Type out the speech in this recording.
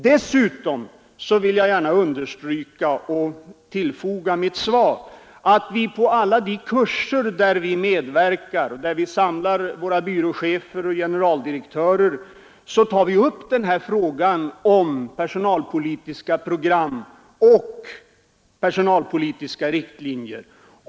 Dessutom vill jag gärna understryka och foga till mitt svar att vi på alla kurser där vi medverkar och samlar våra byråchefer och generaldirektörer tar upp frågan om personalpolitiska program och riktlinjer.